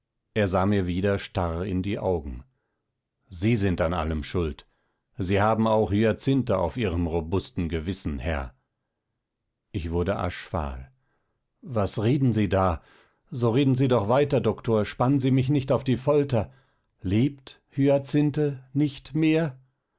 er sah mir wieder starr in die augen sie sind an allem schuld sie haben auch hyacinthe auf ihrem robusten gewissen herr ich wurde aschfahl was reden sie da so reden sie doch weiter doktor spannen sie mich nicht auf die folter lebt hyacinthe nicht mehr